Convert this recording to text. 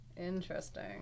Interesting